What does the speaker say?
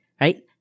Right